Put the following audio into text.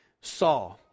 saw